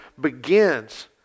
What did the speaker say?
begins